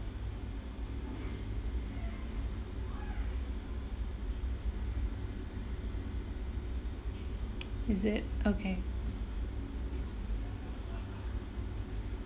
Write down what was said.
is it okay